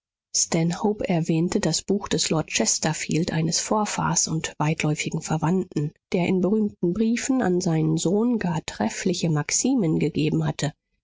erwähnte das buch des lord chesterfield eines vorfahrs und weitläufigen verwandten der in berühmten briefen an seinen sohn gar treffliche maximen gegeben hatte